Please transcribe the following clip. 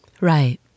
Right